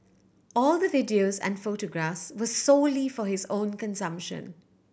all the videos and photographs were solely for his own consumption